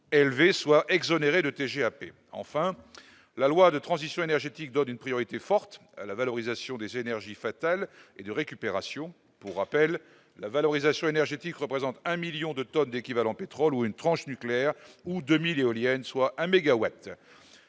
soient exonérés de TGAP enfin la loi de transition énergétique donne une priorité forte à la valorisation des énergies fatal et de récupération pour rappel, la valorisation énergétique représente un 1000000 de tonnes d'équivalent pétrole ou une tranche nucléaire ou 2000 éoliennes soit à